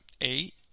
eight